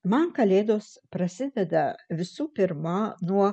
man kalėdos prasideda visų pirma nuo